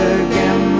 again